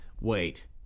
Wait